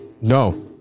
No